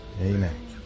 Amen